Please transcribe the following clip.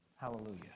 Hallelujah